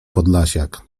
podlasiak